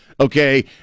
Okay